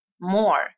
more